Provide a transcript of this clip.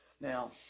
Now